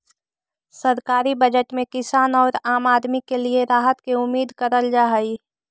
सरकारी बजट में किसान औउर आम आदमी के लिए राहत के उम्मीद करल जा हई